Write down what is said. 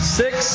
six